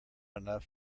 enough